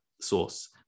source